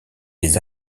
des